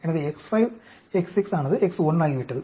எனவே X5 X6 ஆனது X1 ஆகிவிட்டது